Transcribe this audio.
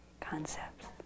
concepts